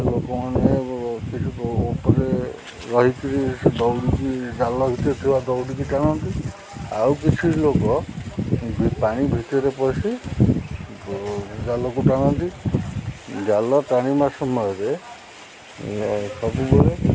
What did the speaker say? ଲୋକମାନେ କିଛି ଉପରେ ରହି କରି ଦୌଡ଼ିକି ଜାଲ ଭିତରେ ଥିବା ଦୌଡ଼ିକି ଟାଣନ୍ତି ଆଉ କିଛି ଲୋକ ପାଣି ଭିତରେ ପଶି ଜାଲକୁ ଟାଣନ୍ତି ଜାଲ ଟାଣିବା ସମୟରେ ସବୁବେଳେ